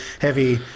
heavy